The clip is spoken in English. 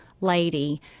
lady